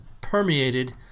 permeated